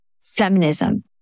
feminism